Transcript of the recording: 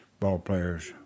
ballplayers